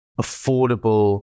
affordable